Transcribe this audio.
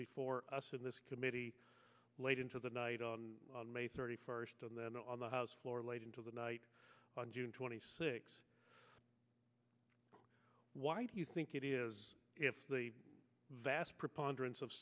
before us in this committee late into the night on may thirty first and then on the house floor late into the night on june twenty sixth why do you think it is if the vast preponderance of